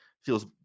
feels